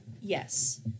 Yes